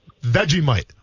vegemite